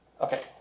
Okay